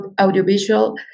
audiovisual